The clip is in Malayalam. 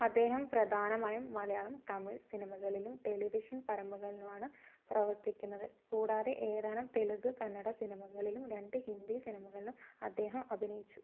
അദ്ദേഹം പ്രധാനമായും മലയാളം തമിഴ് സിനിമകളിലും ടെലിവിഷൻ പരമ്പകളിലുമാണ് പ്രവർത്തിക്കുന്നത് കൂടാതെ ഏതാനും തെലുഗ് കന്നഡ സിനിമകളിലും രണ്ട് ഹിന്ദി സിനിമകളിലും അദ്ദേഹം അഭിനയിച്ചു